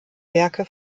werke